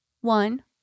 One